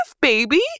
baby